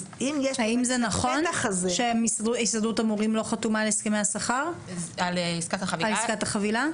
האם זה נכון שהסתדרות המורים לא חתומה על עסקת החבילה?